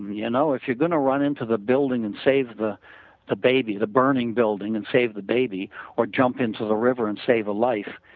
you know if you are going to run into the building and save the the baby, the burning building and save the baby or jump into the river and save a life,